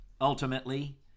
ultimately